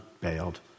bailed